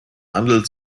handel